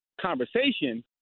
conversation